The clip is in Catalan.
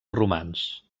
romans